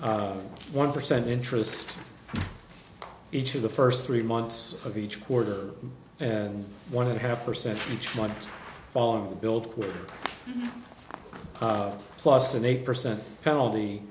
is one percent interest each of the first three months of each quarter and one and a half percent each month on the build up plus an eight percent penalty